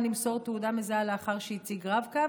למסור תעודה מזהה לאחר שהציג רב-קו,